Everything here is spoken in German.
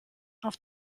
auf